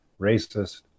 racist